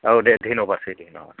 औ दे धयन'बादसै धयन'बाद